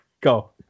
Go